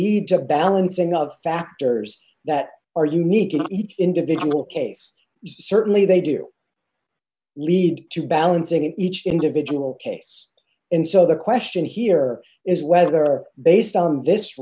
egypt balancing of factors that are unique in each individual case certainly they do lead to balancing in each individual case and so the question here is whether are based on this